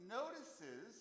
notices